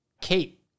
Kate